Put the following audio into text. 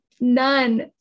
None